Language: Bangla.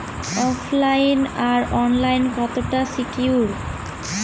ওফ লাইন আর অনলাইন কতটা সিকিউর?